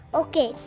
okay